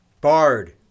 Bard